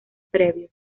previos